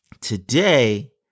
today